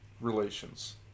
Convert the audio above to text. relations